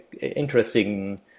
interesting